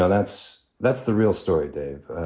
so that's that's the real story, dave.